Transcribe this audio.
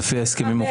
ספקנים, לא